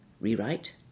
Rewrite